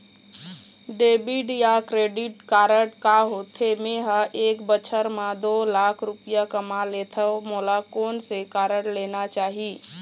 Debit या credit card का होथे, मे ह एक बछर म दो लाख रुपया कमा लेथव मोला कोन से कारड लेना चाही?